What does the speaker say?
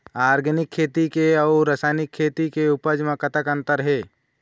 Organic खेती के अउ रासायनिक खेती के उपज म कतक अंतर हे?